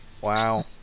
wow